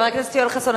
חבר הכנסת יואל חסון,